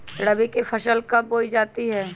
रबी की फसल कब बोई जाती है?